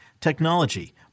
technology